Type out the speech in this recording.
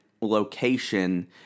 location